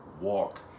walk